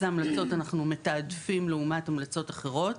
המלצות אנחנו מתעדפים לעומת המלצות אחרות